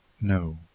No